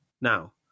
now